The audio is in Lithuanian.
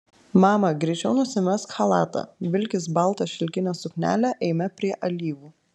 mama greičiau nusimesk chalatą vilkis baltą šilkinę suknelę eime prie alyvų